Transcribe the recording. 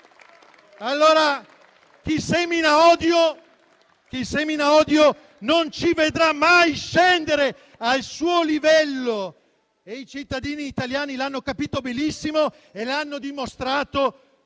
Chi semina odio non ci vedrà mai scendere al suo livello. I cittadini italiani l'hanno capito benissimo e l'hanno dimostrato